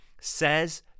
says